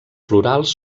florals